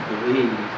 believe